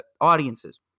audiences